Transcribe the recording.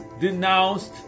denounced